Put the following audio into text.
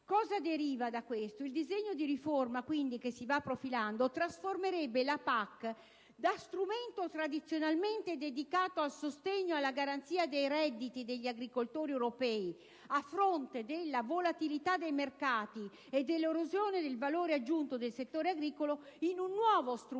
cosa deriverebbe da questo? Il disegno di riforma che si va profilando trasformerebbe la PAC da strumento tradizionalmente dedicato al sostegno e alla garanzia dei redditi degli agricoltori europei a fronte della volatilità dei mercati e dell'erosione del valore aggiunto del settore agricolo, in un nuovo strumento